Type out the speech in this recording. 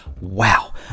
wow